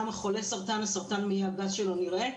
למה לחולי סרטן, סרטן המעי הגס שלו נראה?